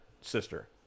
sister